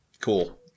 Cool